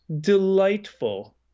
delightful